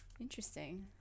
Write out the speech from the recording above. Interesting